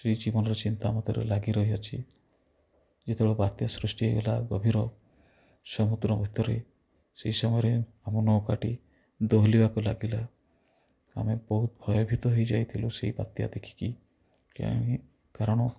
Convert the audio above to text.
ସେଇ ଜୀବନର ଚିନ୍ତା ମତେର ଲାଗି ରହିଅଛି ଯେତେବେଳେ ବାତ୍ୟା ସୃଷ୍ଟି ହୋଇଗଲା ଗଭୀର ସମୁଦ୍ର ଭିତରେ ସେଇ ସମୟରେ ପବନକୁ କାଟି ଦୋହଲିବାକୁ ଲାଗିଲା ଆମେ ବହୁତ ଭୟଭୀତ ହୋଇଯାଇଥିଲୁ ସେଇ ବାତ୍ୟା ଦେଖିକି କେଜାଣି କାରଣ